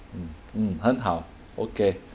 mm mm 很好 okay